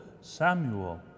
Samuel